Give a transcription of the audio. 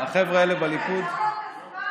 החבר'ה האלה בליכוד, תעצור לו את הזמן.